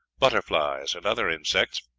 butterflies, and other insects,